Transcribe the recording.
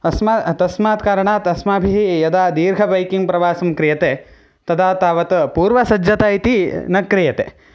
अस्मा तस्मात् कारणात् अस्माभिः यदा दीर्घ बैकिङ्ग्प्रवासं क्रियते तदा पूर्वसज्जता इति न क्रियते